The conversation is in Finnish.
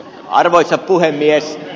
arvoisa puhemies